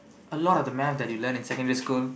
a lot of the math that you learn in secondary school